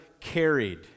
carried